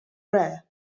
rear